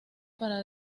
para